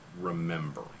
remember